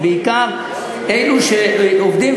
זה בעיקר אלו שעובדים,